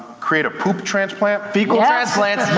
create a poop transplant, fecal yeah transplant?